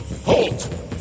Halt